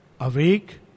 awake